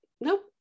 nope